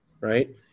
right